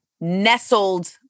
nestled